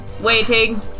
waiting